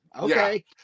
okay